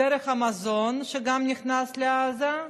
דרך המזון שגם נכנס לעזה.